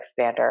expander